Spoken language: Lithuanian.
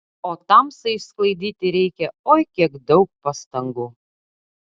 o tamsai išsklaidyti reikia oi kiek daug pastangų